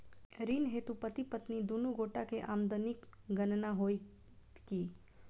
ऋण हेतु पति पत्नी दुनू गोटा केँ आमदनीक गणना होइत की?